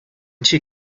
she